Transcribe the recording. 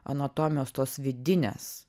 anatomijos tos vidinės